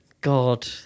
God